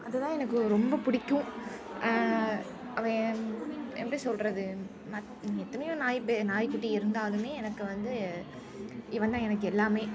அதுதான் எனக்கு ரொம்ப பிடிக்கும் அவன் எப்படி சொல்கிறது நான் எத்தனையோ நாய் நாய்க்குட்டி இருந்தாலுமே எனக்கு வந்து இவந்தான் எனக்கு எல்லாமே